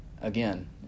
Again